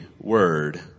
word